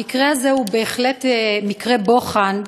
המקרה הזה הוא בהחלט מקרה בוחן,